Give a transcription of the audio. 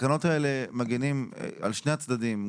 התקנות האלה מגנות על שני הצדדים.